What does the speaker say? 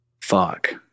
fuck